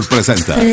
Presenta